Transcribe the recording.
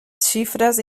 xifres